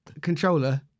Controller